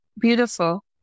Beautiful